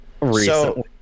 recently